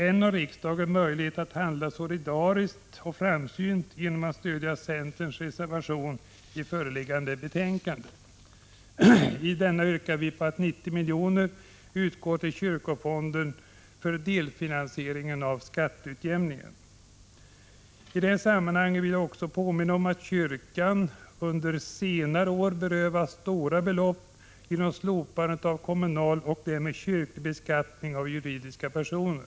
Än har riksdagen möjlighet att handla solidariskt och framsynt, genom att stödja centerns reservation i föreliggande betänkande. I denna yrkar vi på att 90 miljoner skall utgå till kyrkofonden för delfinansiering av skatteutjämningen. I detta sammanhang vill jag också påminna om att kyrkan under senare år har berövats stora belopp genom slopandet av kommunal och därmed kyrklig beskattning av juridiska personer.